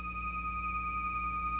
er